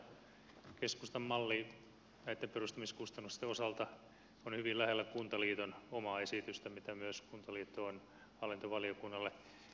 kuvittelisin sillä tavalla että keskustan malli näitten perustamiskustannusten osalta on hyvin lähellä kuntaliiton omaa esitystä mitä myös kuntaliitto on hallintovaliokunnalle esittänyt